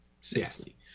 safely